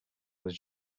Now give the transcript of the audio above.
was